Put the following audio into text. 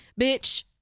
bitch